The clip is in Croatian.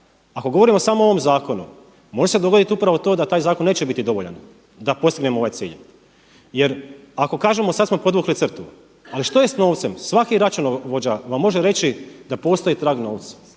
Ako govorimo samo o ovom zakunu može se dogoditi upravo to da taj zakon neće biti dovoljan da postignemo ovaj cilj jer ako kažemo sada smo podvukli crtu, ali što je s novcem? Svaki računovođa vam može reći da postoji trag novca.